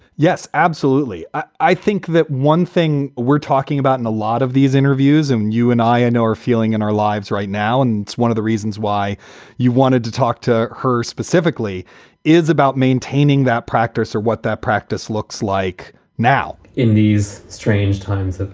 yes, absolutely. i think that one thing we're talking about in a lot of these interviews and you and i know our feeling in our lives right now, and one of the reasons why you wanted to talk to her specifically is about maintaining that practice or what that practice looks like now in these strange times.